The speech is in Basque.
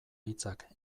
hitzak